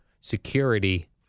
security